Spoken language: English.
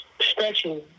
stretching